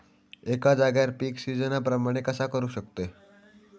एका जाग्यार पीक सिजना प्रमाणे कसा करुक शकतय?